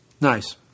Nice